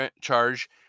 charge